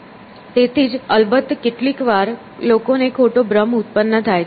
તેથી જ અલબત્ત કેટલીક વાર લોકોને ખોટો ભ્રમ ઉત્પન્ન થાય છે